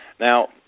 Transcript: Now